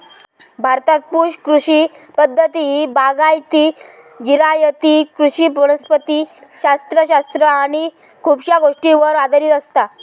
भारतात पुश कृषी पद्धती ही बागायती, जिरायती कृषी वनस्पति शास्त्र शास्त्र आणि खुपशा गोष्टींवर आधारित असता